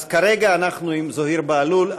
אז כרגע זוהיר בהלול.